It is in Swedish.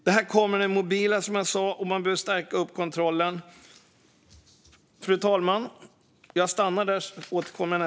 Det här kommer med det mobila, som jag sa, och man behöver stärka kontrollen.